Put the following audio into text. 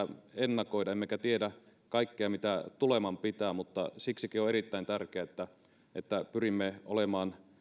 ennakoida emmekä tiedä kaikkea mitä tuleman pitää siksikin on erittäin tärkeää että pyrimme olemaan